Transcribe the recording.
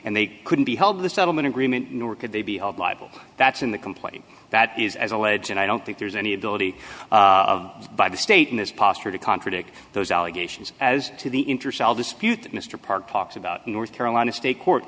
and they couldn't be held the settlement agreement nor could they be held liable that's in the complaint that is as a legend i don't think there's any ability by the state in this posture to contradict those allegations as to the interest of dispute mr parker talks about north carolina state court